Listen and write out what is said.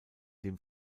dem